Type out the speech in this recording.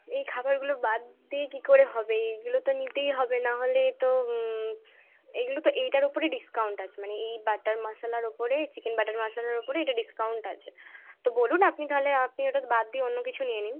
এই খাবারগুলো বাদ দিয়ে কী করে হবে এইগুলো তো নিতেই হবে নাহলে তো এগুলো তো এইটার ওপরে ডিসকাউন্ট আছে মানে এই বাটার মাশালার ওপরে চিকেন বাটার মাশালার ওপরে এটা ডিসকাউন্ট আছে তো বলুন আপনি তাহলে আপনি ওটাকে বাদ দিয়ে অন্য কিছু নিয়ে নিন